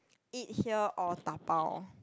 eat here or da-bao